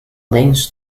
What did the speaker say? links